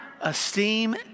esteem